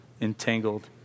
entangled